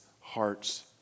hearts